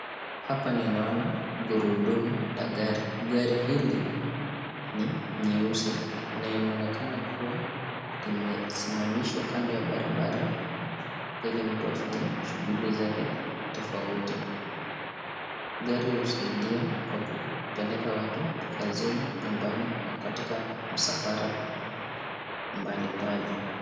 Hapa ninaona gurudumu la gari. Gari hili ni nyeusi na inaonekana kuwa limesimamishwa kando ya barabara ili mtu afanye shughuli zake tofauti. Gari husaidia kwa kupeleka watu kazini, nyumbani, na katika msafara mbalimbali.